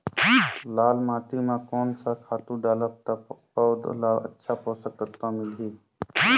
लाल माटी मां कोन सा खातु डालब ता पौध ला अच्छा पोषक तत्व मिलही?